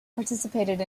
participated